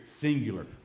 singular